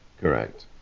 Correct